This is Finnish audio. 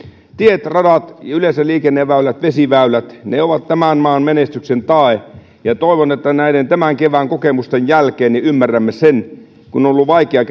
tiet radat yleensä liikenneväylät vesiväylät ne ovat tämän maan menestyksen tae ja toivon että näiden tämän kevään kokemusten jälkeen ymmärrämme sen kun on ollut vaikea